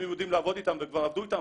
אם הם יודעים לעבוד איתם וכבר עבדו איתם,